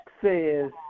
says